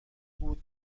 بود